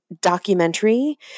documentary